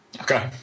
Okay